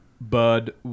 Bud